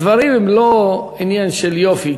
הדברים הם לא עניין של יופי,